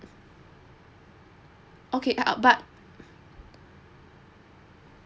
okay uh uh but